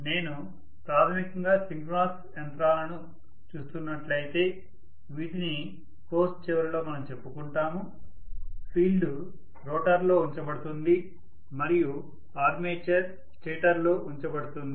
నేను ప్రాథమికంగా సింక్రోనస్ యంత్రాలను చూస్తున్నట్లయితే వీటిని కోర్సు చివరిలో మనం చెప్పుకుంటాము ఫీల్డ్ రోటర్లో ఉంచబడుతుంది మరియు ఆర్మేచర్ స్టేటర్లో ఉంచబడుతుంది